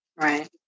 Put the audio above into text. Right